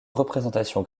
représentation